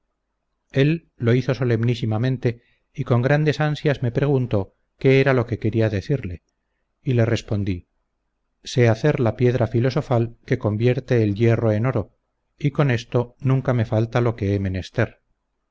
él lo hizo solemnísimamente y con grandes ansias me preguntó qué era lo que quería decirle y le respondí sé hacer la piedra filosofal que convierte el hierro en oro y con esto nunca me falta lo que he menester